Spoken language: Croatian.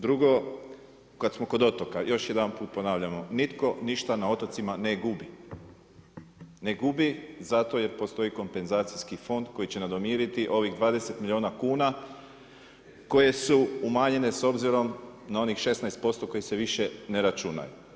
Drugo, kada smo kod otoka, još jedanput ponavljamo nitko ništa na otocima ne gubi, ne gubi zato jer postoji kompenzacijski fond koji će nadomiriti ovih 20 milijuna kuna koje su umanjene s obzirom na onih 16% kojih se više ne računaju.